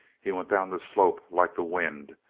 he went down the slope like the wind,